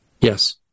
Yes